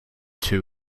two